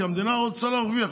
כי המדינה רוצה להרוויח.